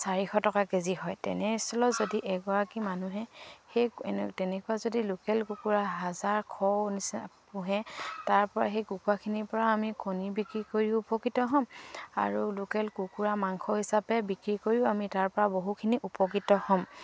চাৰিশ টকা কেজি হয় তেনেস্থলত যদি এগৰাকী মানুহে সেই তেনেকুৱা যদি লোকেল কুকুৰা হাজাৰ শ নিচনা পোহে তাৰপৰা সেই কুকুৰাখিনিৰপৰাও আমি কণী বিক্ৰী কৰিও উপকৃত হ'ম আৰু লোকেল কুকুৰা মাংস হিচাপে বিক্ৰী কৰিও আমি তাৰপৰা বহুখিনি উপকৃত হ'ম